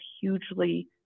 hugely